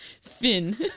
Finn